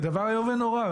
זה דבר איום ונורא.